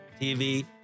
TV